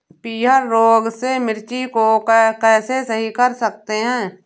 पीहर रोग से मिर्ची को कैसे सही कर सकते हैं?